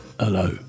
Hello